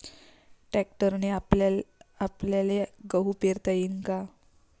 ट्रॅक्टरने आपल्याले गहू पेरता येईन का?